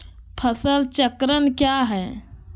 फसल चक्रण क्या है?